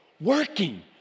working